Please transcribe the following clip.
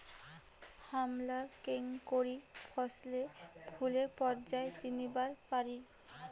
হামরা কেঙকরি ফছলে ফুলের পর্যায় চিনিবার পারি?